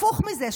הפוך מזה,